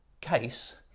case